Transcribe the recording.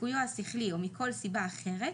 ליקויו השכלי או מכל סיבה אחרת,